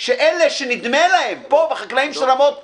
שאלה שנדמה להם, פה החקלאים של רמות צבי,